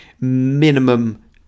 minimum